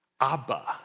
Abba